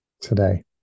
today